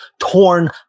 torn